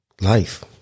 life